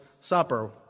Supper